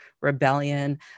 Rebellion